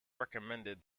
recommended